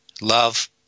love